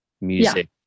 music